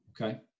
Okay